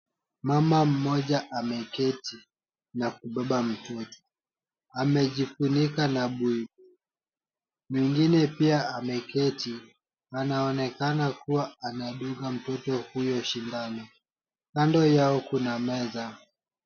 Mama mmoja ameketi na kubeba mtoto, amejifunika na buibui. Mwingine pia ameketi anaonekana kuwa anadunga mtoto huyo sindano. Kando yao kuna meza.